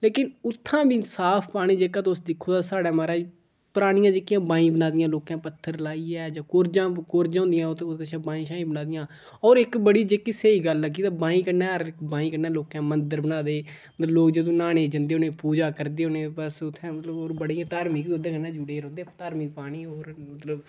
लेकिन उत्थै बी साफ पानी जेह्का तुस दिक्खो तां साढ़ै माराज परानियां जेह्कियां बाईं बनाई दियां लोकें पत्थर लाइयै जां कुर्जां कुर्जां होंदियां ओह्दे शा बाईं शाईं बनाई दियां होर इक बड़ी जेह्की स्हेई गल्ल लग्गी तां बाईं कन्नै बाईं कन्नै लोकें मंदर बनाए दे ते लोक जदूं न्हाने गी जंदे उ'नें पूजा करदे उ'नें बस उत्थै मतलब होर बड़ियां धार्मक ओह्दे कन्नै जुड़े दे रौंह्दे धार्मक पानी होर मतलब